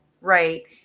right